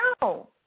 No